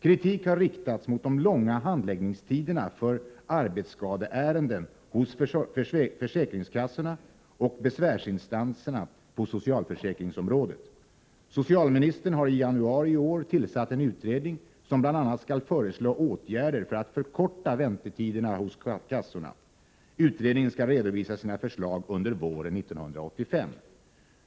Kritik har riktats mot de långa handläggningstiderna för arbetsskadeärenden hos försäkringskassorna och besvärsinstanserna på socialförsäkringsområdet. Socialministern har i januari i år tillsatt en utredning, som bl.a. skall föreslå åtgärder för att förkorta väntetiderna hos kassorna. Utredningen skall redovisa sina förslag under våren 1985.